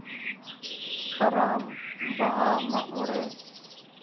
ᱠᱟᱨᱟᱢ ᱵᱟᱦᱟ ᱢᱟᱜᱢᱚᱲᱮ